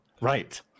Right